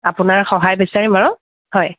আপোনাৰ সহায় বিচাৰিম আৰু হয়